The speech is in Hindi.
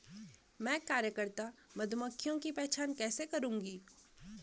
मैं कार्यकर्ता मधुमक्खियों की पहचान कैसे करूंगी?